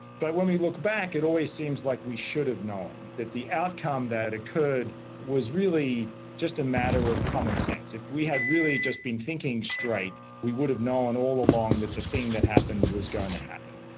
but when we look back it always seems like we should have known, that the outcome that occurred was really just a matter of common sense. if we had really just been thinking straight we would have known all along that the thing that happened was going to happen.